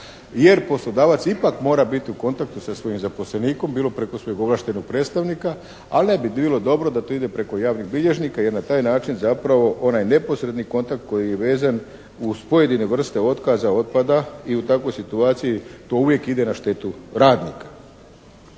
jer poslodavac ipak mora biti u kontaktu sa svojim zaposlenikom bilo preko svojeg ovlaštenog predstavnika, ali ne bi bilo dobro da to ide preko javnih bilježnika jer na taj način zapravo onaj neposredni kontakt koji je vezan uz pojedine vrste otkaza otpada i u takvoj situaciji to uvijek ide na štetu radnika.